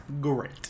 great